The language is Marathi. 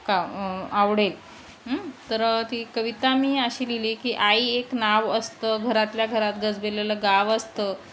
का आवडेल तर ती कविता मी अशी लिहिली की आई एक नाव असतं घरातल्या घरात गजबेलेलं गाव असतं